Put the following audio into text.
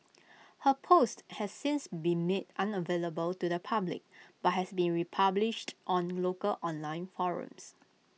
her post has since been made unavailable to the public but has been republished on local online forums